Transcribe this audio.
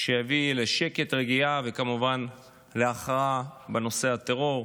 שיביא לשקט ורגיעה וכמובן להכרעה בנושא הטרור.